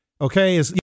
okay